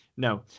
No